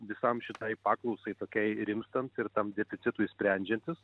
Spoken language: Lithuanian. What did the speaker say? visam šitai paklausai tokiai rimstant ir tam deficitui sprendžiantis